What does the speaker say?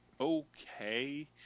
okay